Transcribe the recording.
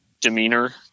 demeanor